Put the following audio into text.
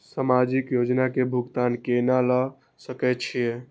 समाजिक योजना के भुगतान केना ल सके छिऐ?